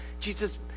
Jesus